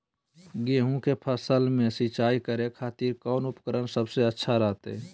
गेहूं के फसल में सिंचाई करे खातिर कौन उपकरण सबसे अच्छा रहतय?